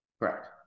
Correct